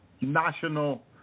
national